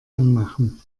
anmachen